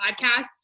podcast